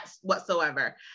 whatsoever